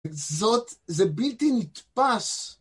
זאת... זה בלתי נתפס